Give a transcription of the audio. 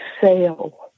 sale